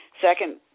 second